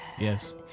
Yes